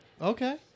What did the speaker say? Okay